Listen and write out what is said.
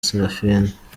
seraphine